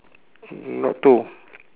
not tow